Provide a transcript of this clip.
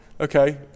okay